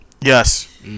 Yes